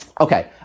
Okay